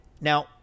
Now